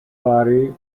party